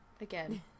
again